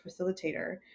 facilitator